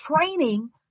training